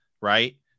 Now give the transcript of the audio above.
Right